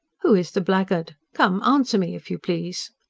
who is the blackguard? come, answer me, if you please!